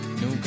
no